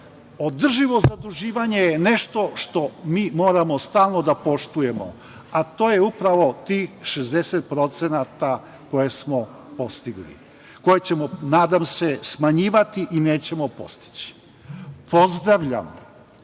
Održivo zaduživanje je nešto što mi moramo stalno da poštujemo, a to je upravo tih 60% koje smo postigli, koje ćemo, nadam se smanjivati i nećemo postići. Pozdravljam